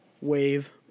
wave